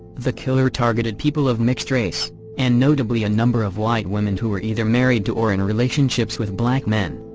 the killer targeted people of mixed race and notably a number of white women who were either married to or in relationships with black men.